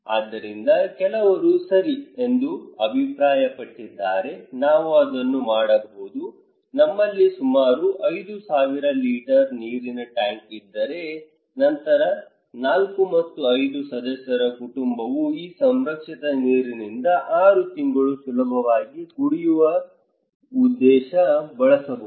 ಆದ್ದರಿಂದ ಕೆಲವರು ಸರಿ ಎಂದು ಅಭಿಪ್ರಾಯಪಟ್ಟಿದ್ದಾರೆ ನಾವು ಅದನ್ನು ಮಾಡಬಹುದು ನಮ್ಮಲ್ಲಿ ಸುಮಾರು 5000 ಲೀಟರ್ ನೀರಿನ ಟ್ಯಾಂಕ್ ಇದ್ದರೆ ನಂತರ 4 ಮತ್ತು 5 ಸದಸ್ಯರ ಕುಟುಂಬವು ಈ ಸಂರಕ್ಷಿತ ನೀರಿನಿಂದ 6 ತಿಂಗಳು ಸುಲಭವಾಗಿ ಕುಡಿಯುವ ಉದ್ದೇಶ ಬಳಸಬಹುದು